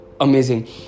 amazing